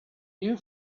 you